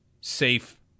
safe